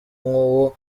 nk’uwo